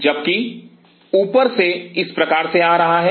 जबकि ऊपर से इस प्रकार से आ रहा है